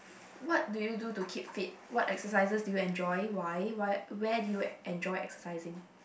what do you do to keep fit what exercises do you enjoy why why where do you enjoy exercising